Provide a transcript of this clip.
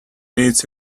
needs